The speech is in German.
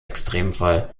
extremfall